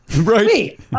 right